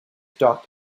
doc